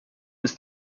ist